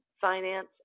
finance